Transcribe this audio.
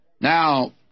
Now